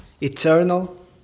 eternal